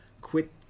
quit